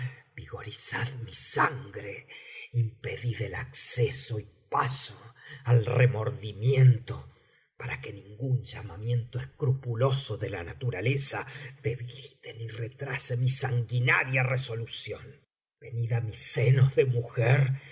jvigorizad mi sangre impedid el acceso y paso al remordimiento para que ningún llamamiento escrupuloso de la naturaleza debilite ni retrase mi sanguinaria resolución venid á mis senos de mujer